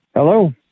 Hello